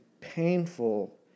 painful